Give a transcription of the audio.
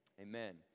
Amen